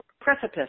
precipice